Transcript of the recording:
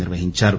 నిర్వహించారు